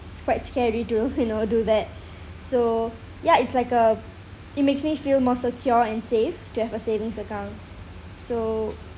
it's quite scary to you know do that so ya it's like uh it makes me feel more secure and safe to have a savings account so